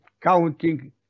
counting